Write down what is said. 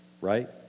right